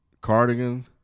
cardigan